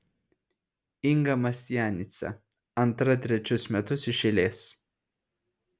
inga mastianica antra trečius metus iš eilės